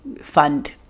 fund